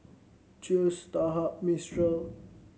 Cheers Starhub Mistral